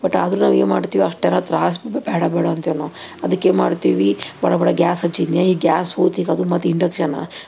but ಆದರೂ ನಾವು ಏನ್ಮಾಡ್ತೀವಿ ಅಷ್ಟೆಲ್ಲ ತ್ರಾಸ್ ಬೇಡ ಬೇಡ ಅಂತೀವಿ ನಾವು ಅದಕ್ಕೆ ಏನ್ಮಾಡ್ತೀವಿ ಬಡ ಬಡ ಗ್ಯಾಸ್ ಹಚ್ಚಿಯೇ ಈ ಗ್ಯಾಸ್ ಹೂತಿಗದು ಮತ್ತು ಇಂಡಕ್ಷನ